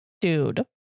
Dude